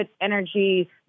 energy